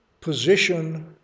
position